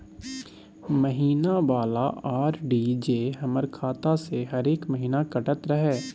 महीना वाला आर.डी जे हमर खाता से हरेक महीना कटैत रहे?